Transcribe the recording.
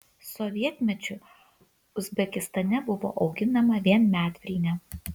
sovietmečiu uzbekistane buvo auginama vien medvilnė